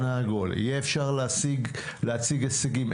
העגול יהיה אפשר להשיג ולהציג הישגים,